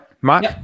Mark